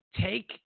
take